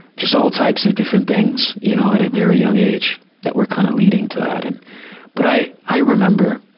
just all types if different things, you know, at a very young age that were kind of leading to that. and but i, i remember,